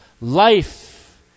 life